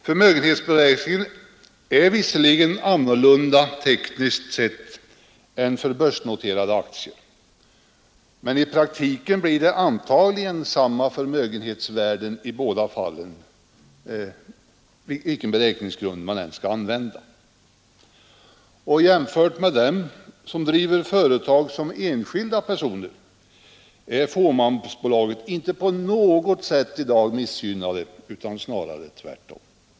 Förmögenhetsberäkningen är visserligen här annorlunda tekniskt sett än för börsnoterade aktier, men i praktiken blir det antagligen samma förmögenhetsvärden i båda fallen, oavsett vilken beräkningsgrund man använder. Jämfört med dem som driver företag som enskilda personer är fåmansbolagen inte på något sätt missgynnade i dag, snarare tvärtom.